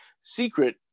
secret